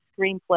screenplay